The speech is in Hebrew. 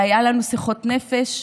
היו לנו שיחות נפש,